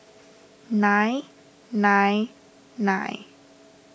nine nine nine